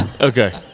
Okay